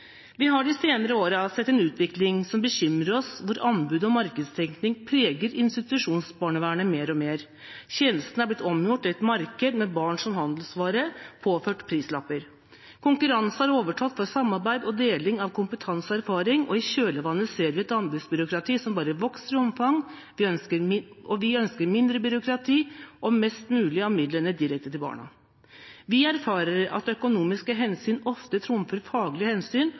Vi har de senere år sett en utvikling som bekymrer oss hvor anbud og markedstenkning preger institusjonsbarnevernet mer og mer. Tjenestene er blitt omgjort til et marked med barn som handelsvarer påført prislapper. Konkurranse har overtatt for samarbeid og deling av kompetanse og erfaring, og i kjølvannet ser vi et anbudsbyråkrati som bare vokser i omfang. Vi ønsker mindre byråkrati og mest mulig av midlene direkte til barna. Vi erfarer at økonomiske hensyn oftere trumfer faglige hensyn